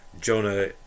jonah